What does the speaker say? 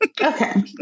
okay